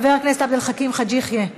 חבר הכנסת עבד אל חכים חאג' יחיא,